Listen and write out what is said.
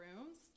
rooms